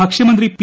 ഭക്ഷ്യമന്ത്രി P